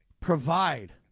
provide